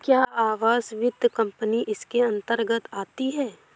क्या आवास वित्त कंपनी इसके अन्तर्गत आती है?